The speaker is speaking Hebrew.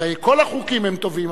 הרי כל החוקים הם טובים,